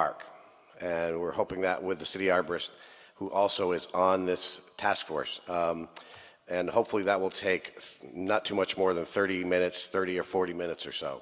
park and we're hoping that with the city arborists who also is on this task force and hopefully that will take not too much more than thirty minutes thirty or forty minutes or so